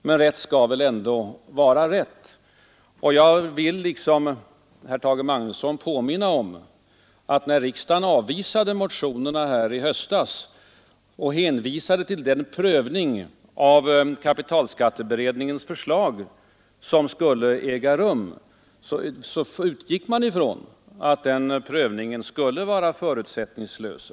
Men rätt skall väl ändå vara rätt, och jag vill liksom herr Tage Magnusson påminna om att när riksdagen avvisade motionerna i höstas och hänvisade till den prövning av kapitalskatteberedningens förslag som skulle äga rum utgick riksdagen ifrån att den prövningen skulle vara förutsättningslös.